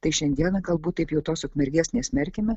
tai šiandieną galbūt taip jau tos ukmergės nesmerkime